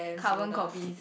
carbon copies